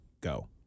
go